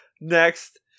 Next